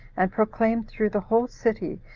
and proclaim through the whole city,